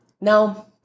now